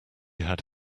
had